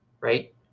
right